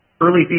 Early